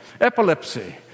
epilepsy